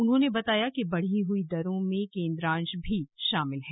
उन्होंने बताया कि बढ़ी हुई दरों में केन्द्रांश भी शामिल है